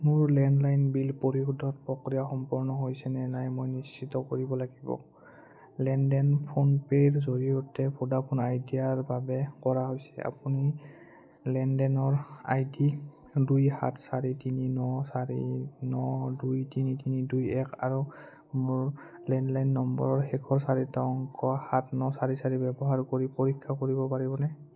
মোৰ landline bill পৰিশোধৰ প্ৰক্ৰিয়া সম্পন্ন হৈছে নে নাই মই নিশ্চিত কৰিব লাগিব লেনদেন ফোনপেৰ জৰিয়তে ভোডাফোন আইডিয়াৰ বাবে কৰা হৈছিল আপুনি লেনদেনৰ আই ডি দুই সাত চাৰি তিনি ন চাৰি ন দুই তিনি তিনি দুই এক আৰু মোৰ লেণ্ডলাইন নম্বৰৰ শেষৰ চাৰিটা অংক সাত ন চাৰি চাৰি ব্যৱহাৰ কৰি পৰীক্ষা কৰিব পাৰিবনে